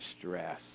stress